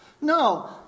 No